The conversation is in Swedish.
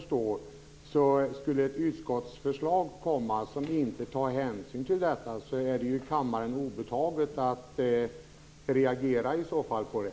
Skulle ett utskottsförslag komma som inte tar hänsyn till detta är det såvitt jag kan förstå kammaren obetaget att reagera på det.